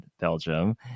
belgium